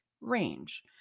range